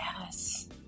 Yes